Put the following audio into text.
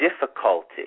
Difficulty